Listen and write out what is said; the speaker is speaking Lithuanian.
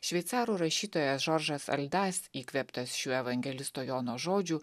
šveicarų rašytojas žoržas aldas įkvėptas šių evangelisto jono žodžių